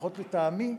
לפחות לטעמי,